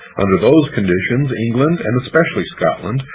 under those conditions england, and especially scotland,